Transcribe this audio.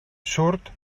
surt